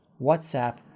WhatsApp